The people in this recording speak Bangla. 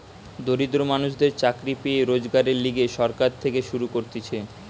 দরিদ্র মানুষদের চাকরি পেয়ে রোজগারের লিগে সরকার থেকে শুরু করতিছে